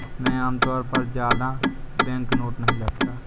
मैं आमतौर पर ज्यादा बैंकनोट नहीं रखता